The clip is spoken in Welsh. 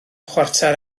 chwarter